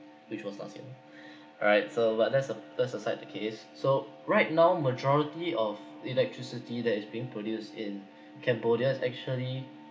which was sufficient right so but that's a that aside the case so right now majority of electricity that is being produced in cambodia is actually